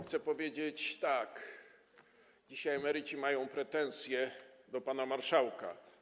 Chcę powiedzieć, że dzisiaj emeryci mają pretensję do pana marszałka.